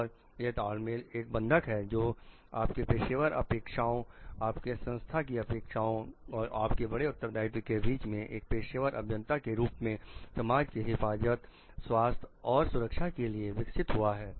और यह तालमेल एक बंधन है जो आपके पेशेवर अपेक्षाओं आपके संस्था की अपेक्षाओं और आपकी बड़े उत्तरदायित्व के बीच में एक पेशेवर अभियंता के रूप में समाज की हिफाजत स्वास्थ्य और सुरक्षा के लिए विकसित हुआ है